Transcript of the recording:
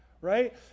right